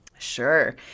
Sure